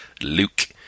Luke